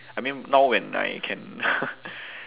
I mean now when I can